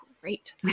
great